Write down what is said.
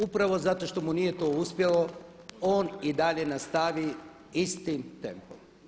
Upravo zato što mu nije to uspjelo on i dalje nastavi istim tempom.